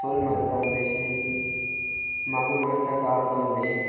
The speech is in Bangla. শোল মাছ দাম বেশি মাগুর মাছটাতে আরও দাম বেশি